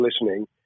listening